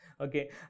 Okay